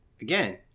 again